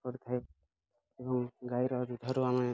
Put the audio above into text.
ଏବଂ ଗାଈର ଦୁଗ୍ଧରୁ ଆମେ